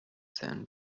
than